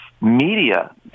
media